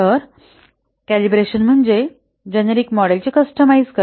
तर कॅलिब्रेशन म्हणजे जेनेरिक मॉडेलचे कॅस्टमाइझ करणे